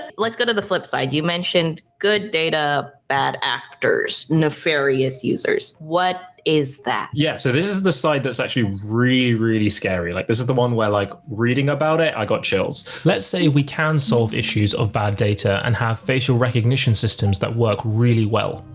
let's go to the flip side, you mentioned good data, bad actors, nefarious users. what is that? yeah, so this is the side that's actually really, really scary. like this is the one where, like reading about it, i got chills. let's say we can solve issues of bad data and have facial recognition systems that work really well.